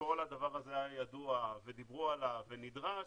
שכל הדבר הזה היה ידוע ודיברו עליו ונדרש,